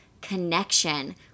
connection